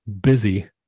busy